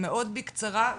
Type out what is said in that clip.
מאוד בקצרה,